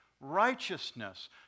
righteousness